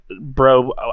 bro